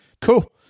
cool